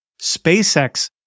SpaceX